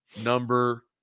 number